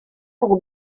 pour